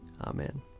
Amen